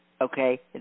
okay